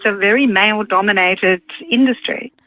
ah very male dominated industry.